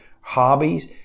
hobbies